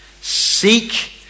Seek